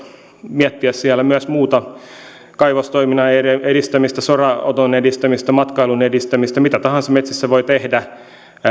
miettiä siellä myös muuta kaivostoiminnan edistämistä soranoton edistämistä matkailun edistämistä mitä tahansa metsässä voi tehdä